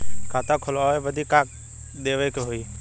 खाता खोलावे बदी का का देवे के होइ?